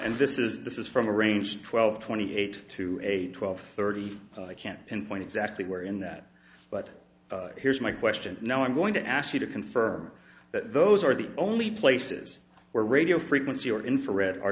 and this is this is from a range twelve twenty eight to a twelve thirty i can't pinpoint exactly where in that but here's my question now i'm going to ask you to confirm that those are the only places where radio frequency or infrared are